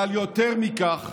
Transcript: אבל יותר מכך